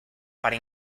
para